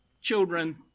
children